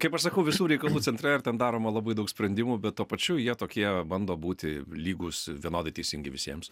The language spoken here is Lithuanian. kaip aš sakau visų reikalų centre ir ten daroma labai daug sprendimų bet tuo pačiu jie tokie bando būti lygūs vienodai teisingi visiems